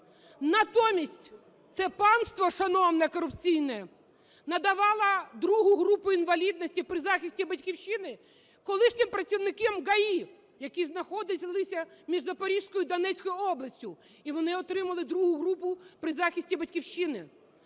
Натомість це панство шановне корупційне надавало ІІ групу інвалідності при захисті Батьківщини колишнім працівникам ДАІ, які знаходились між Запорізькою, Донецькою областями, і вони отримали ІІ групу при захисті Батьківщини.